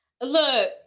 Look